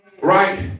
Right